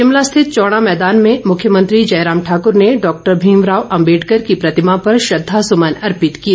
शिमला स्थित चौड़ा मैदान में मुख्य मंत्री जयराम ठाकुर ने डॉक्टर भीमराव अम्बेडर की प्रतिमा पर श्रद्वासुमन अर्पित किए